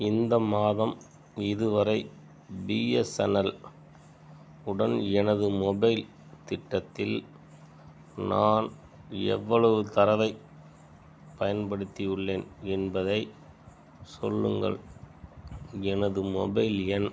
இந்த மாதம் இதுவரை பிஎஸ்என்எல் உடன் எனது மொபைல் திட்டத்தில் நான் எவ்வளவு தரவைப் பயன்படுத்தியுள்ளேன் என்பதைச் சொல்லுங்கள் எனது மொபைல் எண்